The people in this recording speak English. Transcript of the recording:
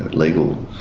legal,